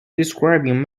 describing